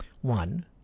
one